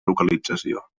localització